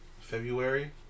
February